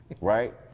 right